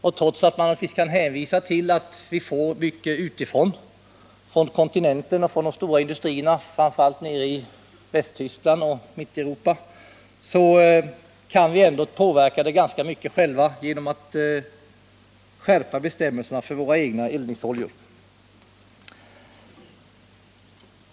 Och trots att man naturligtvis kan hänvisa till att vi får mycket föroreningar utifrån — från kontinenten och från de stora industrierna framför allt nere i Västtyskland och Mellaneuropa — kan vi ändå påverka förhållandena ganska mycket själva genom att skärpa bestämmelserna för våra egna eldningsoljor. Herr talman!